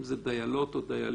אם זה דיילות או דיילים,